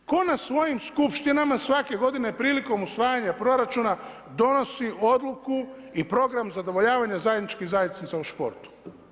Tko na svojim skupštinama svake godine prilikom usvajanja proračuna donosi odluku i program zadovoljavanja zajedničkih zajednica u športu?